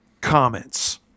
Comments